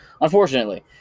unfortunately